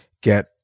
get